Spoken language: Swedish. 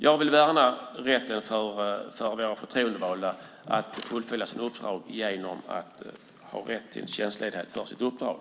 Jag vill värna rätten för förtroendevalda att kunna fullfölja sina uppdrag genom att ha rätt till tjänstledighet för uppdragen.